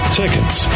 tickets